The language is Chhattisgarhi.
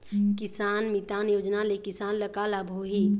किसान मितान योजना ले किसान ल का लाभ होही?